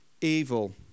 evil